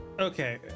Okay